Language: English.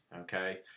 okay